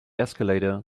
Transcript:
escalator